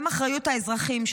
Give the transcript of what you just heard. גם אחריות האזרחים,